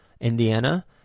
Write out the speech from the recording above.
Indiana